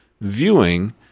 viewing